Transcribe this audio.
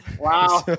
wow